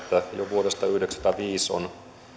vuodesta yhdeksänkymmentäviisi on